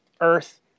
Earth